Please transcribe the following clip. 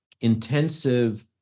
intensive